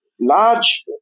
large